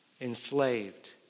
enslaved